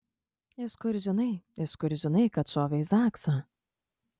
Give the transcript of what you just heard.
iš kur žinai iš kur žinai kad šovė į zaksą